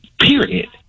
Period